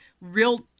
real